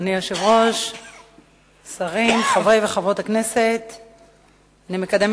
1. מדוע לא נכללו יישובים לא יהודיים ברשימת היישובים?